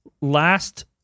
Last